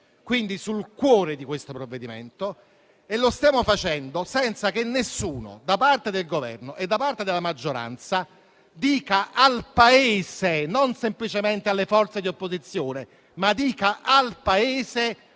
sul cuore di questo provvedimento, e lo stiamo facendo senza che nessuno, da parte del Governo e della maggioranza, dica al Paese e non semplicemente alle forze di opposizione come si